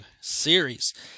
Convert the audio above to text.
series